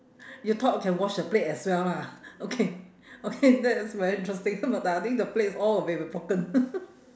you thought can wash the plate as well lah okay okay that is very interesting but I think the plates all will be broken